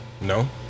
No